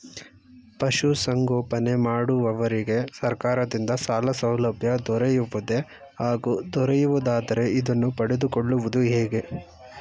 ಪಶುಸಂಗೋಪನೆ ಮಾಡುವವರಿಗೆ ಸರ್ಕಾರದಿಂದ ಸಾಲಸೌಲಭ್ಯ ದೊರೆಯುವುದೇ ಹಾಗೂ ದೊರೆಯುವುದಾದರೆ ಇದನ್ನು ಪಡೆದುಕೊಳ್ಳುವುದು ಹೇಗೆ?